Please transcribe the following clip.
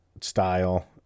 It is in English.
style